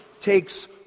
takes